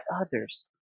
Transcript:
others